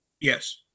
Yes